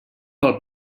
pel